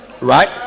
Right